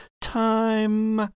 time